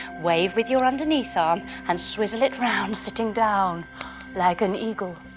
wave with your underneath arm and swizzle it round sitting down like and eagle.